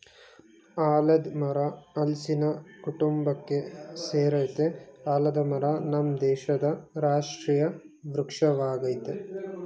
ಆಲದ್ ಮರ ಹಲ್ಸಿನ ಕುಟುಂಬಕ್ಕೆ ಸೆರಯ್ತೆ ಆಲದ ಮರ ನಮ್ ದೇಶದ್ ರಾಷ್ಟ್ರೀಯ ವೃಕ್ಷ ವಾಗಯ್ತೆ